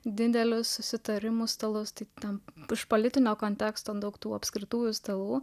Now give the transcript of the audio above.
didelius susitarimų stalus tai tampa politinio konteksto daug tų apskritųjų stalų